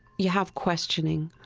you have questioning.